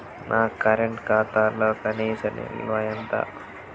నా కరెంట్ ఖాతాలో కనీస నిల్వ ఎంత?